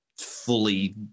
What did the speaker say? fully